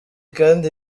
kandi